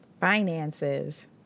Finances